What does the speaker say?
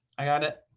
i got it.